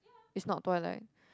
it's not toilet